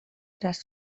tras